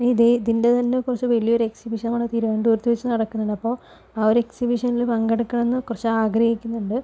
ഇനി ഇതേ ഇതിൻ്റെ തന്നെ കുറച്ച് വലിയൊരു എക്സിബിഷൻ കൂടെ തിരുവനന്തപുരത്ത് വെച്ച് നടക്കുന്നുണ്ട് അപ്പോൾ ആ ഒരു എക്സിബിഷനിൽ പങ്കെടുക്കണമെന്ന് കുറച്ച് ആഗ്രഹിക്കുന്നുണ്ട്